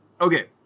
Okay